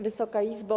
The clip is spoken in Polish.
Wysoka Izbo!